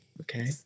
Okay